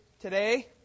today